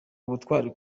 ubutwari